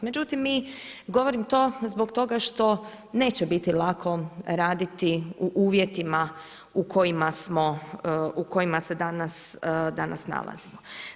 Međutim, govorim to zbog toga što neće biti lako raditi u uvjetima u kojima se danas nalazimo.